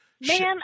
man